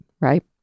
right